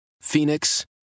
Phoenix